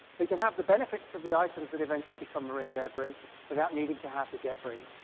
we can have the benefits of the items that eventually become marine debris without needing to have to debris.